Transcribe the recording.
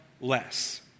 less